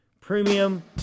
premium